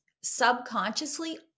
subconsciously